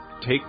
take